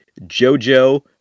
jojo